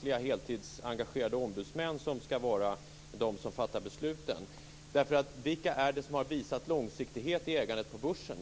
det heltidsengagerade fackliga ombudsmän som skall fatta besluten. Vilka är det som har visat långsiktighet i ägandet på börsen?